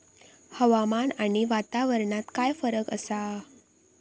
हवामान आणि वातावरणात काय फरक असा?